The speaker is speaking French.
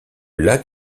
lac